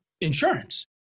insurance